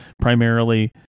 primarily